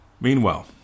Meanwhile